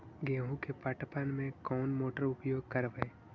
गेंहू के पटवन में कौन मोटर उपयोग करवय?